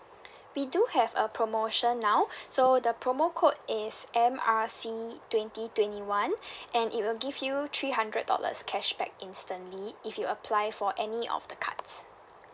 we do have a promotion now so the promo code is M R C twenty twenty one and it will give you three hundred dollars cashback instantly if you apply for any of the cards